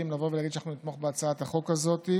לבוא ולהגיד שאנחנו נתמוך בהצעת החוק הזאת,